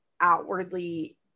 outwardly